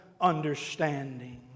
understanding